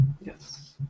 Yes